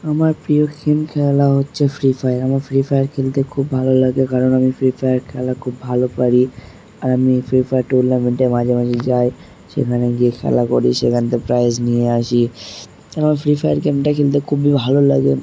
আমার প্রিয় গেম খেলা হচ্ছে ফ্রি ফায়ার আমার ফ্রি ফায়ার খেলতে খুব ভালো লাগে কারণ আমি ফ্রি ফায়ার খেলা খুব ভালো পারি আর আমি ফ্রি ফায়ার টুর্নামেন্টে মাঝে মাঝে যাই সেখানে গিয়ে খেলা করি সেখান থেকে প্রাইজ নিয়ে আসি আমার ফ্রি ফায়ার গেমটা খেলতে খুবই ভালো লাগে